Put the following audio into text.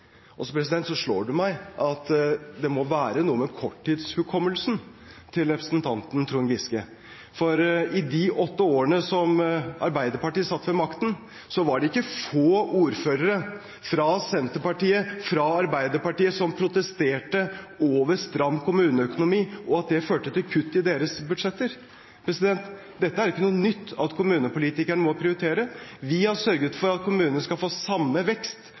Så slår det meg at det må være noe med korttidshukommelsen til representanten Trond Giske, for i de åtte årene som Arbeiderpartiet satt ved makten, var det ikke få ordførere fra Senterpartiet og fra Arbeiderpartiet som protesterte mot stram kommuneøkonomi, og at det førte til kutt i deres budsjetter. Det er ikke noe nytt at kommunepolitikerne må prioritere. Vi har sørget for at kommunene skal få samme vekst